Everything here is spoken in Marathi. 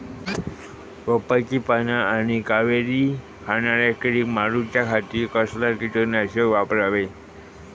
रोपाची पाना आनी कोवरी खाणाऱ्या किडीक मारूच्या खाती कसला किटकनाशक वापरावे?